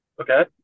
Okay